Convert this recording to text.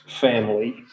family